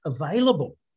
available